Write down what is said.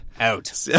Out